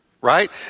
right